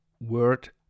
Word